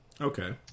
Okay